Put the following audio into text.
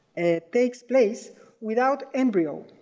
takes place without embryo.